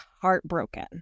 heartbroken